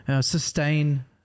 sustain